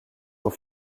aux